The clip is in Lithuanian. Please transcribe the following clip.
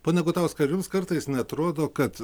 pone gutauskai ar jums kartais neatrodo kad